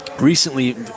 recently